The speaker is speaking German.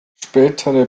spätere